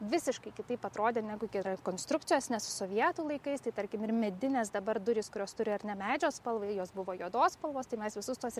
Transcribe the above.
visiškai kitaip atrodė negu iki konstrukcijos nes sovietų laikais tai tarkim ir medinės dabar durys kurios turi ar ne medžio spalvą jos buvo juodos spalvos tai mes visus tuos